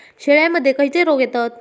शेळ्यामध्ये खैचे रोग येतत?